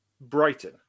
Brighton